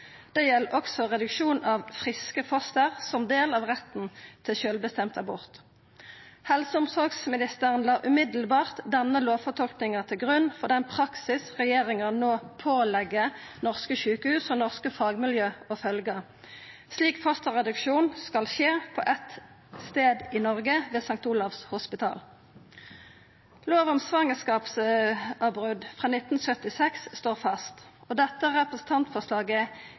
også reduksjon av friske foster – som del av retten til sjølvbestemd abort. Helse- og omsorgsministeren la med det same denne lovtolkinga til grunn for den praksisen regjeringa no pålegg norske sjukehus og norske fagmiljø å følgja. Slik fosterreduksjon skal skje på éin stad i Noreg, St. Olavs hospital. Lov om svangerskapsavbrudd frå 1976 står fast. Dette representantforslaget